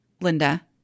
Linda